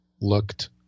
looked